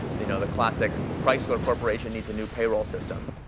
the you know the classic chrysler corporation needs a new payroll system.